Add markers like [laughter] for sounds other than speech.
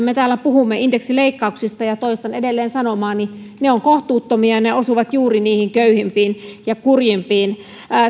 [unintelligible] me täällä puhumme indeksileikkauksista ja toistan edelleen sanomaani ne ovat kohtuuttomia ne osuvat juuri niihin köyhimpiin ja kurjimpiin